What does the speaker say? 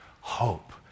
hope